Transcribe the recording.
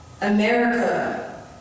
America